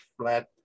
flat